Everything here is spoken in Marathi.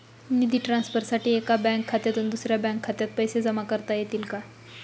निधी ट्रान्सफरसाठी एका बँक खात्यातून दुसऱ्या बँक खात्यात पैसे जमा करता येतील का?